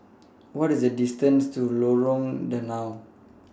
What IS The distances to Lorong Danau